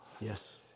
Yes